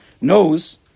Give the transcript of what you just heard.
knows